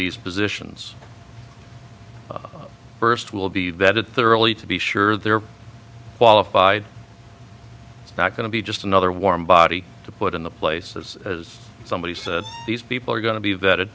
these positions first will be vetted thoroughly to be sure they're qualified it's not going to be just another warm body to put in the places as somebody said these people are going to be vet